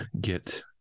get